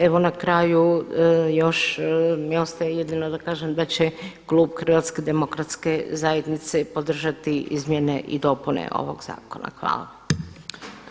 Evo na kraju još mi ostaje jedino da kažem da će klub HDZ-a podržati izmjene i dopune ovog zakona.